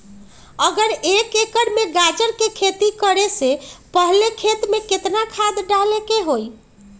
अगर एक एकर में गाजर के खेती करे से पहले खेत में केतना खाद्य डाले के होई?